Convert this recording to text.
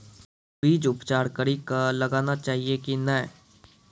बीज उपचार कड़ी कऽ लगाना चाहिए कि नैय?